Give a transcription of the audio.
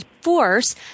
force